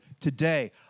Today